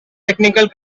technical